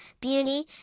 beauty